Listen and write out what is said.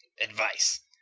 Advice